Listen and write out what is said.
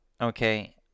okay